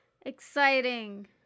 exciting